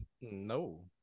No